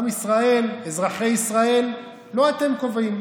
עם ישראל, אזרחי ישראל, לא אתם קובעים.